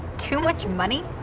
too much money!